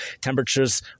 Temperatures